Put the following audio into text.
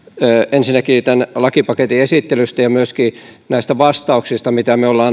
ensinnäkin tämän lakipaketin esittelystä ja myöskin näistä vastauksista mitä me olemme